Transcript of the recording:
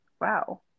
wow